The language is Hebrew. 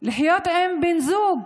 לחיות עם בן זוג